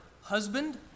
husband